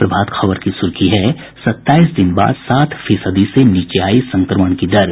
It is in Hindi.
प्रभात खबर की सुर्खी है सत्ताईस दिन बाद सात फीसदी से नीचे आयी संक्रमण की दर